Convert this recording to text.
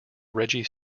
reggie